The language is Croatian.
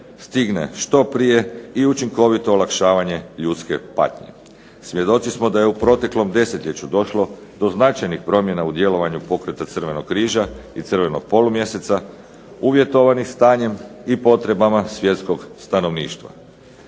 stigne što prije i učinkovito olakšavanje ljudske patnje. Svjedoci smo da je u proteklom desetljeću došlo do značajnih promjena u djelovanju pokreta Crvenog križa i Crvenog polumjeseca, uvjetovani stanjem i potrebama svjetskog stanovništva.